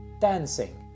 dancing